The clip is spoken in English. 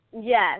Yes